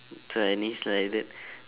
so I knee slided